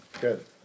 Good